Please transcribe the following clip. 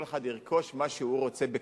כל אחד ירכוש מה שהוא רוצה בכספו,